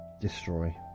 destroy